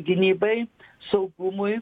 gynybai saugumui